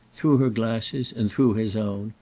through her glasses and through his own,